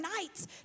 nights